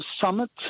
summit